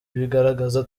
bigaragaza